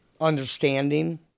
understanding